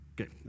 Okay